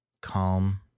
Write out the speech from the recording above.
calm